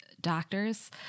doctors